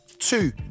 Two